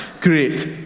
Great